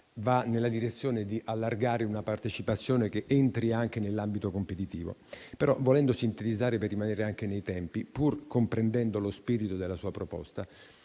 va nella direzione di allargare una partecipazione che entri anche nell'ambito competitivo però, volendo sintetizzare per rimanere anche nei tempi, pur comprendendo lo spirito della sua proposta,